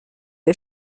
der